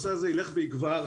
הנושא הזה ילך ויגבר.